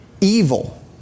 evil